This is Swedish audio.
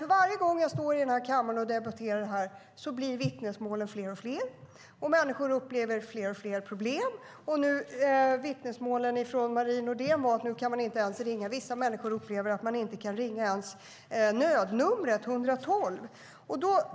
För varje gång jag står här i kammaren och debatterar detta blir vittnesmålen fler och fler, och människor upplever fler och fler problem. Och nu var vittnesmålet från Marie Nordén att vissa människor upplever att man nu inte ens kan ringa nödnumret 112.